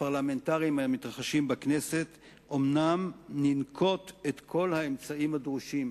הפרלמנטריים המתרחשים בכנסת אומנם ננקוט את כל האמצעים הדרושים,